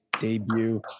debut